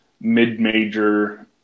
mid-major